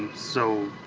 so